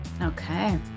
Okay